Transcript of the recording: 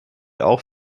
auch